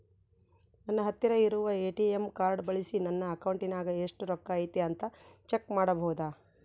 ನನ್ನ ಹತ್ತಿರ ಇರುವ ಎ.ಟಿ.ಎಂ ಕಾರ್ಡ್ ಬಳಿಸಿ ನನ್ನ ಅಕೌಂಟಿನಾಗ ಎಷ್ಟು ರೊಕ್ಕ ಐತಿ ಅಂತಾ ಚೆಕ್ ಮಾಡಬಹುದಾ?